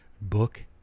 book